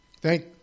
Thank